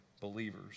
believers